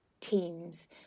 teams